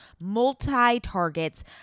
multi-targets